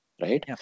right